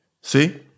See